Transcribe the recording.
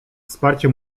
wsparcie